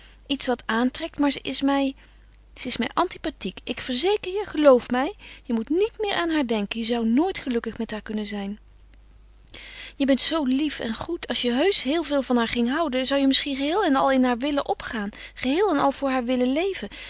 iets wat aantrekt maar ze is mij ze is mij antipathiek ik verzeker je geloof mij je moet niet meer aan haar denken je zou nooit gelukkig met haar kunnen zijn je bent zoo lief en goed als je heusch heel veel van haar ging houden zou je misschien geheel en al in haar willen opgaan geheel en al voor haar willen leven